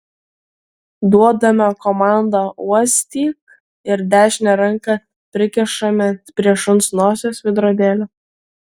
duodame komandą uostyk ir dešinę ranką prikišame prie šuns nosies veidrodėlio